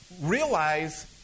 realize